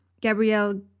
Gabrielle